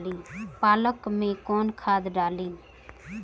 पालक में कौन खाद डाली?